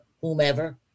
whomever